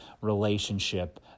relationship